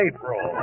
April